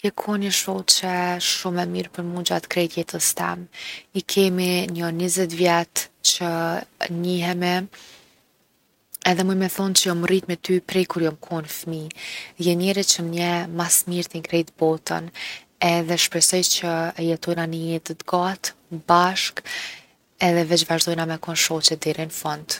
Je kon ni shoqe shumë e mirë për mu gjatë krejt jetës tem. I kemi njo 20 vjet që njihemi edhe muj me thonë që jom rrit me ty prej kur jom kon fmi. Je njeri që m’njeh mas mirti n’krejt botën edhe shpresoj që jetojna ni jetë t’gatë, bashkë edhe veq vazhdojna me kon shoqe deri n’fund.